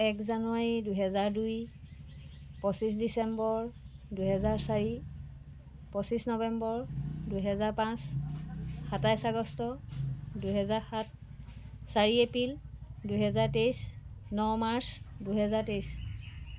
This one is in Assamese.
এক জানুৱাৰী দুহেজাৰ দুই পঁচিছ ডিচেম্বৰ দুহেজাৰ চাৰি পঁচিছ নৱেম্বৰ দুহেজাৰ পাঁচ সাতাইছ আগষ্ট দুহেজাৰ সাত চাৰি এপ্ৰিল দুহেজাৰ তেইছ ন মাৰ্চ দুহেজাৰ তেইছ